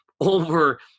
over